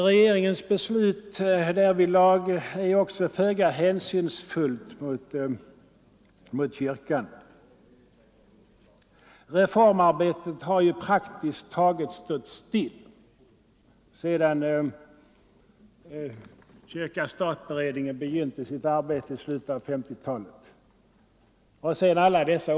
Regeringens beslut därvidlag är också föga hänsynsfullt mot kyrkan. Reformarbetet har ju praktiskt taget stått still under alla åren sedan kyrka-stat-beredningen begynte sitt arbete i slutet av 1950 talet.